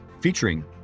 featuring